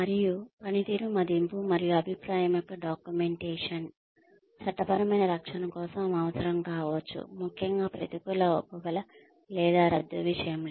మరియు పనితీరు మదింపు మరియు అభిప్రాయం యొక్క డాక్యుమెంటేషన్ చట్టపరమైన రక్షణ కోసం అవసరం కావచ్చు ముఖ్యంగా ప్రతికూల ఉపబల లేదా రద్దు విషయంలో